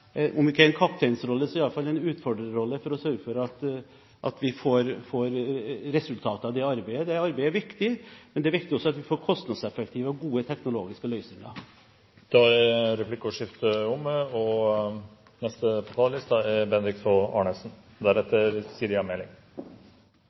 om ikke en kapteinsrolle, så i alle fall en utfordrerrolle, for å sørge for at vi får resultater av det arbeidet. Det arbeidet er viktig, men det er også viktig at vi får kostnadseffektive og gode teknologiske løsninger. Replikkordskiftet er omme. Målet i denne meldingen om å få ned utslippene av klimagasser og skape ny teknologiutvikling viser Norges store ambisjoner på